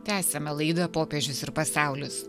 tęsiame laidą popiežius ir pasaulis